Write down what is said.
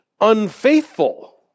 unfaithful